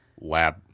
Lab